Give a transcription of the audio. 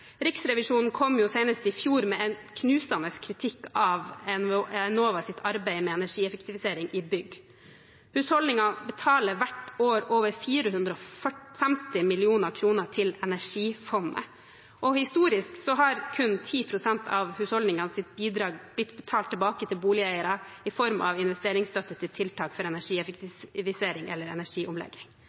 Riksrevisjonen kom jo senest i fjor med en knusende kritikk av Enovas arbeid med energieffektivisering i bygg. Husholdningene betaler hvert år over 450 mill. kr til Energifondet, og historisk har kun 10 pst. av husholdningenes bidrag blitt betalt tilbake til boligeiere i form av investeringsstøtte til tiltak for energieffektivisering eller energiomlegging.